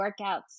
workouts